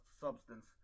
substance